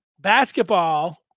basketball